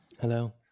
Hello